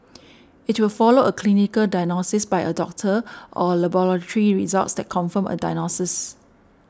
it will follow a clinical diagnosis by a doctor or laboratory results that confirm a diagnosis